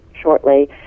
shortly